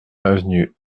avenue